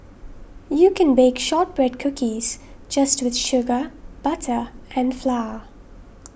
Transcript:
you can bake Shortbread Cookies just with sugar butter and flour